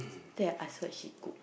there I thought she cook